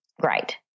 great